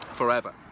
Forever